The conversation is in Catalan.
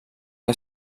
que